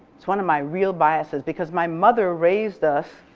it's one of my real biases because my mother raised us